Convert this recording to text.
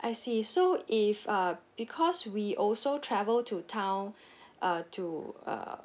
I see so if uh because we also travel to town uh to uh